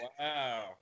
Wow